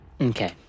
Okay